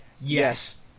Yes